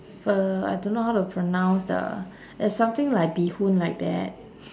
ver~ I don't know how to pronounce the it's something like bee hoon like that